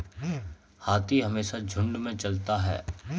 हाथी हमेशा झुंड में चलता है